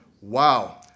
Wow